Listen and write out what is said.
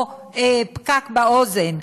או פקק באוזן,